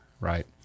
right